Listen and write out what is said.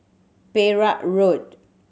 Perak Road